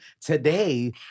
today